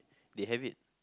they have it